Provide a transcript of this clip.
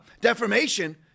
defamation